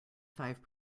five